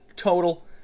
total